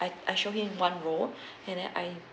I I showed him one roll and then I